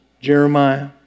Jeremiah